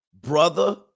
Brother